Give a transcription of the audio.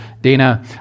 Dana